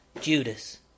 Judas